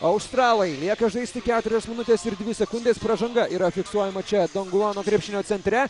australai lieka žaisti keturios minutės ir dvi sekundės pražanga yra fiksuojama čia donguano krepšinio centre